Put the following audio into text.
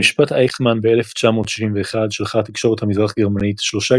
למשפט אייכמן ב-1961 שלחה התקשורת המזרח-גרמנית שלושה